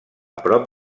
prop